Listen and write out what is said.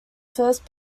first